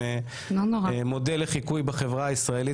הוא מודל לחיקוי בחברה הישראלית.